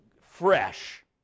fresh